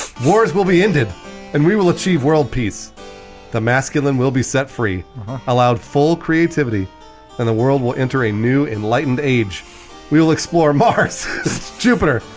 wars will be ended and we will achieve world peace the masculine will be set free allowed full creativity then and the world will enter a new enlightened age we will explore mars jupiter,